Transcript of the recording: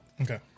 Okay